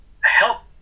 help